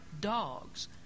dogs